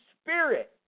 spirit